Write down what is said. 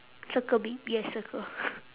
circle big yes circle